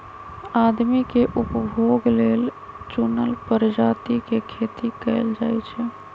आदमी के उपभोग लेल चुनल परजाती के खेती कएल जाई छई